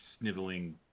sniveling